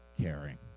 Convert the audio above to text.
caring